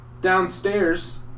Downstairs